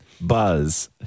Buzz